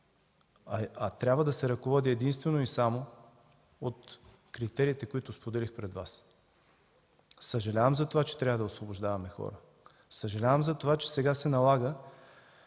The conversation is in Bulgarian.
а трябва да се ръководя единствено и само от критериите, които споделих пред Вас. Съжалявам за това, че трябва да освобождаваме хора. Съжалявам за това, че сега се налага